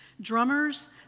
Drummers